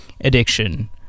addiction